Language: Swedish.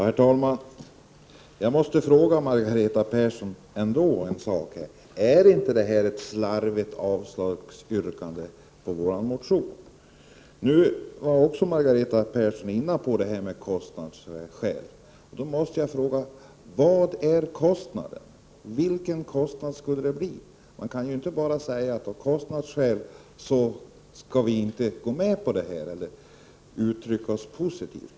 Herr talman! Jag måste fråga Margareta Persson en sak: Är inte det ett slarvigt avslagsyrkande på vår motion? Margareta Persson talar om att man gör det av kostnadsskäl. Då måste jag fråga: Vad är kostnaden nu, och vilken kostnad skulle det bli? Man kan inte bara säga att vi av kostnadsskäl inte kan gå med på förslaget eller uttrycka oss positivt.